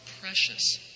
precious